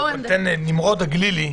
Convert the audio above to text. נמרוד הגלילי,